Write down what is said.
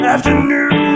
afternoon